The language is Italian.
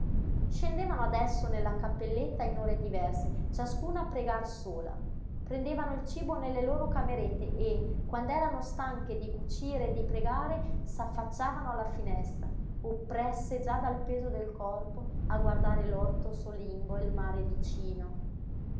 scendevano adesso nella cappelletta in ore diverse ciascuna a pregar sola prendevano il cibo nelle loro camerette e quand'erano stanche di cucire e di pregare s'affacciavano alla finestra oppresse già dal peso del corpo a guardare l'orto solingo e il mare vicino